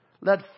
let